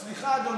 סליחה, אדוני,